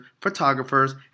photographers